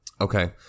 Okay